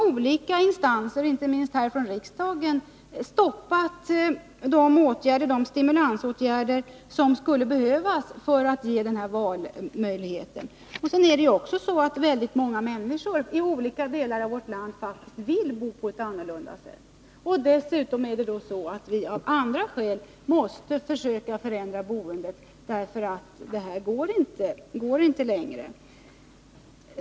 Olika instanser — inte minst riksdagen — har stoppat de stimulansåtgärder som skulle behövas för att åstadkomma kollektivt boende och därmed en valfrihet på det här området. Många människor i olika delar av vårt land vill faktiskt bo på ett annat sätt. Dessutom måste vi försöka förändra boendet — det här går inte längre.